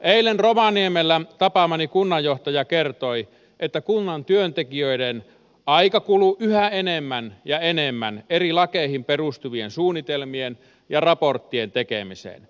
eilen rovaniemellä tapaamani kunnanjohtaja kertoi että kunnan työntekijöiden aika kuluu yhä enemmän ja enemmän eri lakeihin perustuvien suunnitelmien ja raporttien tekemiseen